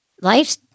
life